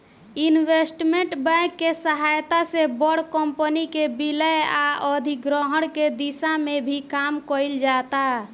investment bank के सहायता से बड़ कंपनी के विलय आ अधिग्रहण के दिशा में भी काम कईल जाता